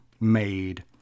made